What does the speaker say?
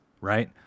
right